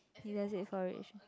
he does it for rich